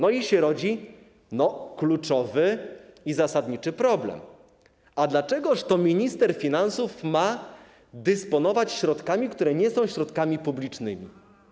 Rodzi się kluczowy i zasadniczy problem: a dlaczegoż to minister finansów ma dysponować środkami, które nie są środkami publicznymi?